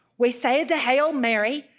we say the hail mary,